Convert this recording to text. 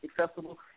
accessible